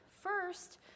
first